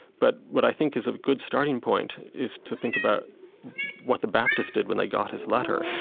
but what i think is a good starting point is to think about what the baptists did when they got his letter.